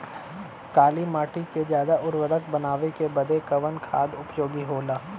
काली माटी के ज्यादा उर्वरक बनावे के बदे कवन खाद उपयोगी होला?